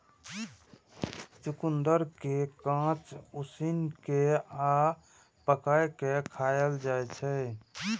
चुकंदर कें कांच, उसिन कें आ पकाय कें खाएल जाइ छै